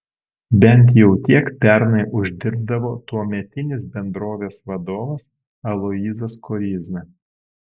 bent jau tiek pernai uždirbdavo tuometinis bendrovės vadovas aloyzas koryzna